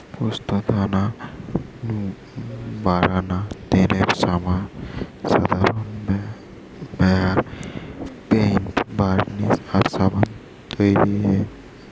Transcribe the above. পোস্তদানা নু বারানা তেলের সাধারন ব্যভার পেইন্ট, বার্নিশ আর সাবান তৈরিরে